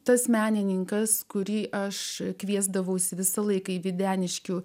tas menininkas kurį aš kviesdavausi visą laiką į videniškių